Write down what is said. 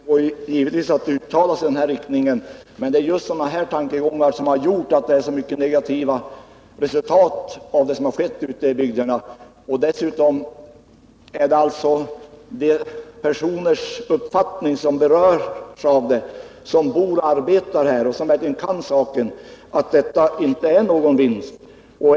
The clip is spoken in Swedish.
Herr talman! Det går givetvis att uttala sig på det där sättet, men det är just sådana tankegångar som har medfört de många negativa resultaten ute i bygderna. Dessutom är att märka att de personer som bor och arbetar vid SJ och som verkligen kan saken inte anser att det är någon vinst.